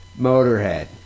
Motorhead